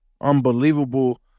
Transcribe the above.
unbelievable